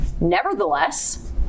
nevertheless